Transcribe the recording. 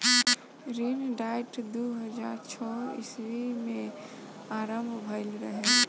ऋण डाइट दू हज़ार छौ ईस्वी में आरंभ भईल रहे